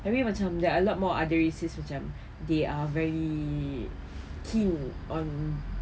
tapi macam there are a lot more other races macam they are very keen on